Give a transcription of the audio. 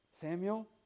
Samuel